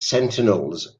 sentinels